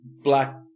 black